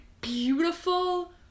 beautiful